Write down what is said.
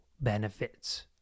benefits